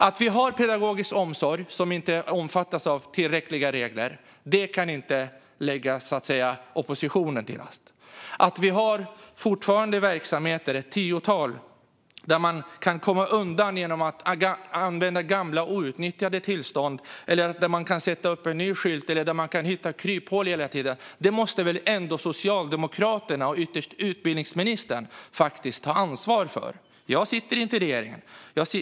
Att vi har pedagogisk omsorg som inte omfattas av tillräckliga regler kan inte läggas oppositionen till last. Att vi fortfarande har verksamheter, ett tiotal, där man kan komma undan genom att använda gamla och outnyttjade tillstånd eller där man kan sätta upp en ny skylt eller hitta kryphål hela tiden måste väl ändå Socialdemokraterna och ytterst utbildningsministern faktiskt ta ansvar för? Jag sitter inte i regeringen.